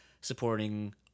supporting